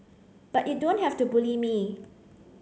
but you don't have to bully me